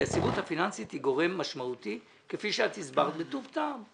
היציבות הפיננסית היא גורם משמעותי כפי שאת הסברת בטוב טעם.